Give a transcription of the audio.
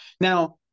Now